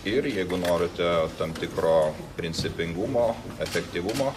ir jeigu norite tam tikro principingumo efektyvumo